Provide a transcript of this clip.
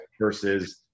versus